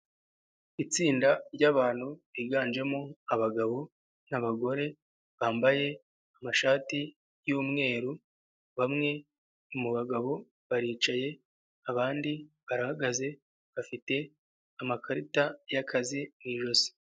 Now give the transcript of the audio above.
Itsinda ry'abantu ryiganjemo abagabo n'abagore bambaye amashati y'umweru, bamwe mu bagabo baricaye abandi barahagaze, bafite amakarita y'akazi mu ijosi.